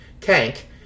tank